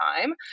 time